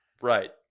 Right